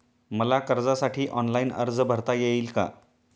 मला कर्जासाठी ऑनलाइन अर्ज भरता येईल का?